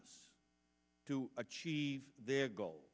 ts to achieve their goal